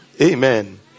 Amen